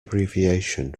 abbreviation